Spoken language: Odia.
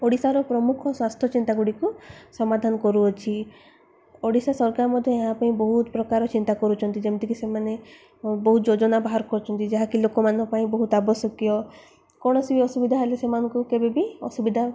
ଓଡ଼ିଶାର ପ୍ରମୁଖ ସ୍ୱାସ୍ଥ୍ୟ ଚିନ୍ତା ଗୁଡ଼ିକୁ ସମାଧାନ କରୁଅଛି ଓଡ଼ିଶା ସରକାର ମଧ୍ୟ ଏହା ପାଇଁ ବହୁତ ପ୍ରକାର ଚିନ୍ତା କରୁଛନ୍ତି ଯେମିତିକି ସେମାନେ ବହୁତ ଯୋଜନା ବାହାର କରୁଛନ୍ତି ଯାହାକି ଲୋକମାନଙ୍କ ପାଇଁ ବହୁତ ଆବଶ୍ୟକୀୟ କୌଣସି ବି ଅସୁବିଧା ହେଲେ ସେମାନଙ୍କୁ କେବେ ବି ଅସୁବିଧା